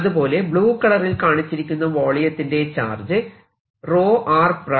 അതുപോലെ ബ്ലൂ കളറിൽ കാണിച്ചിരിക്കുന്ന വോളിയത്തിന്റെ ചാർജ് r dV